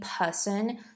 person